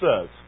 says